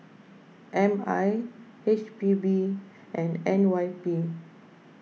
M I H P B and N Y P